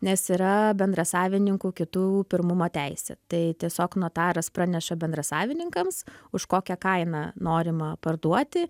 nes yra bendrasavininkų kitų pirmumo teisė tai tiesiog notaras praneša bendrasavininkams už kokią kainą norima parduoti